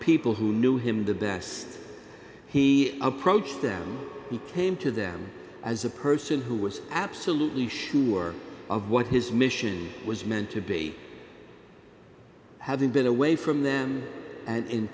people who knew him the best he approached them he came to them as a person who was absolutely sure of what his mission was meant to be having been away from them and in